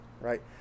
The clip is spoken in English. Right